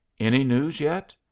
any news yet?